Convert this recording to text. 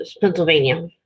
Pennsylvania